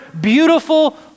beautiful